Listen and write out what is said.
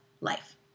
life